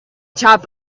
chap